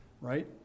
right